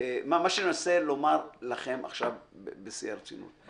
אני מנסה לומר לכם עכשיו בשיא הרצינות,